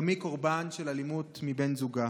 גם היא קורבן של אלימות בן זוגה.